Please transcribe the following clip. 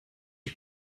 you